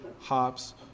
hops